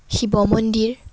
শিৱ মন্দিৰ